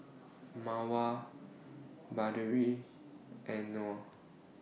Mawar Batari and Noh